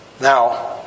now